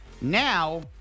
Now